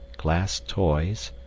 glass toys,